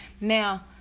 now